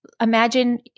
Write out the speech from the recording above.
Imagine